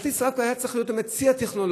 כרטיס הרב-קו היה צריך להיות באמת שיא הטכנולוגיה,